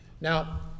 Now